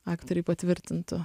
aktoriai patvirtintų